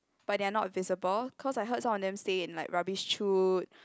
but they are not visible cause I heard some of them stay in like rubbish chute